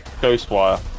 Ghostwire